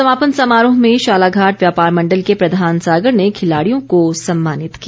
समापन समारोह में शालाघाट व्यापार मण्डल के प्रधान सागर ने खिलाड़ियों को सम्मानित किया